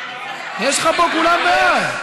יש לך פה כולם בעד.